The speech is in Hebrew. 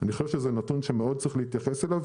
אני חושב שזה נתון שמאוד צריך להתייחס אליו,